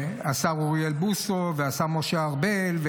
השר אוריאל בוסו והשר משה ארבל,